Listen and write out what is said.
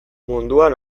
munduan